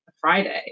Friday